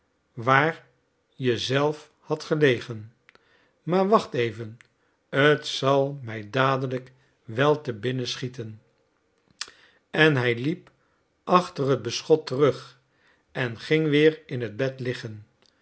waar je zelf had gelegen maar wacht even t zal mij dadelijk wel te binnen schieten en hij liep achter het beschot terug en